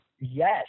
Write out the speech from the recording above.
Yes